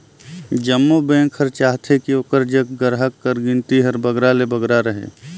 जम्मो बेंक हर चाहथे कि ओकर जग गराहक कर गिनती हर बगरा ले बगरा रहें